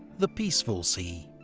the peaceful sea,